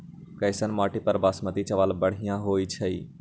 कैसन माटी पर बासमती चावल बढ़िया होई छई?